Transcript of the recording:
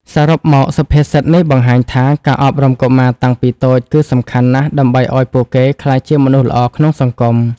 សរុបមកសុភាសិតនេះបង្ហាញថា ការអប់រំកុមារតាំងពីតូចគឺសំខាន់ណាស់ដើម្បីឲ្យពួកគេក្លាយជាមនុស្សល្អក្នុងសង្គម។